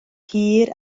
hir